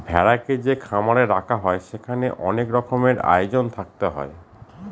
ভেড়াকে যে খামারে রাখা হয় সেখানে অনেক রকমের আয়োজন থাকতে হয়